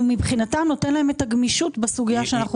מבחינתם נותן להם את הגמישות בסוגייה שאנחנו